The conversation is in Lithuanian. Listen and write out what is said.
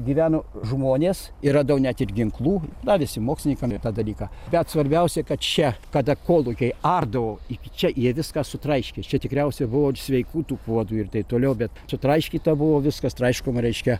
gyveno žmonės ir radau net ir ginklų norisi mokslininkam ir tą dalyką bet svarbiausia kad čia kada kolūkiai ardavo iki čia jie viską sutraiškė čia tikriausia buvo ir sveikų tų puodų ir taip toliau bet sutraiškyta buvo viskas traiškoma reiškia